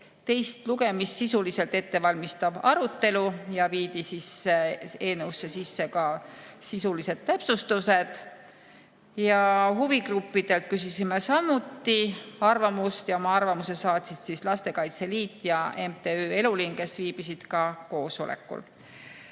teist lugemist sisuliselt ettevalmistav arutelu ja eelnõusse viidi sisse ka sisulised täpsustused. Huvigruppidelt küsisime samuti arvamust, oma arvamuse saatsid Lastekaitse Liit ja MTÜ Eluliin, kes viibisid ka koosolekul.